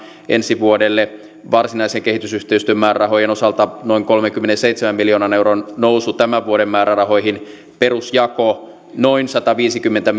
ensi vuodelle varsinaisen kehitysyhteistyön määrärahojen osalta noin kolmenkymmenenseitsemän miljoonan euron nousu tämän vuoden määrärahoihin perusjako noin sataviisikymmentä